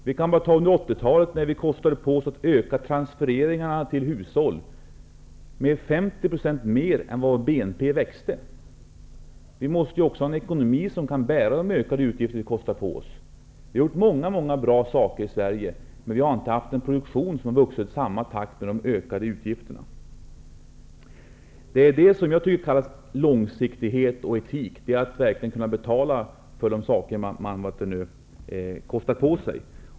På 80-talet kostade vi på oss ökade transfereringar till hushållen med 50 % mer än vad BNP växte. Vi måste också ha en ekonomi som kan bära utgifterna för allt vi kostar på oss. Vi har gjort många bra saker i Sverige, men vi har inte haft en produktion som vuxit i samma takt som de ökade utgifterna. Det som kallas långsiktighet och etik är att verkligen kunna betala för de saker man kostar på sig.